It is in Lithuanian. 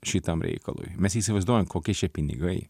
šitam reikalui mes įsivaizduojam kokie čia pinigai